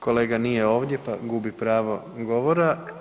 Kolega nije ovdje, pa gubi pravo govora.